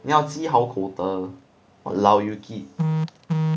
你要积好口德 !walao! yuki